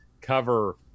cover